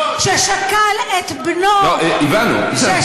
ששכל את בנו כמיל,